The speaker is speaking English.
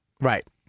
Right